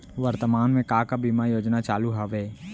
वर्तमान में का का बीमा योजना चालू हवये